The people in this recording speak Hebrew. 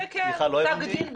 פסק דין בג"צ,